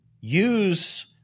use